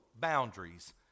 boundaries